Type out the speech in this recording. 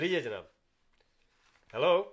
Hello